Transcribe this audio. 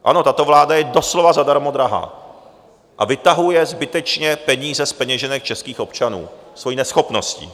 Ano, tato vláda je doslova zadarmo drahá a vytahuje zbytečně peníze z peněženek českých občanů svou neschopností.